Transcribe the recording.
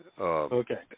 Okay